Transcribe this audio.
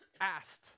asked